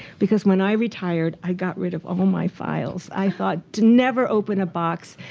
because when i retired, i got rid of of all my files. i thought to never open a box.